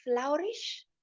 flourish